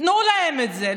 תנו להם את זה.